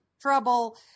trouble